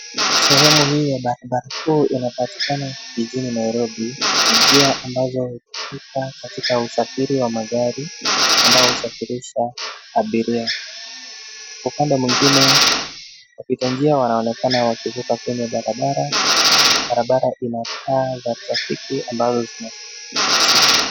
Sehemu hii ya barabara kuu inapatikana jijini Nairobi. Ni njia ambazo huhusika katika usafiri wa magari ambao husafirisha abiria. Upande mwingine wapitanjia wanaonekana wakipita kwenye barabara. Barabara ina taa za trafiki ambazo zinahusika.